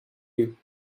you